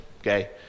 okay